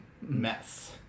mess